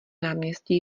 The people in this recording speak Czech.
náměstí